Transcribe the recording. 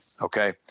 okay